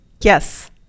Yes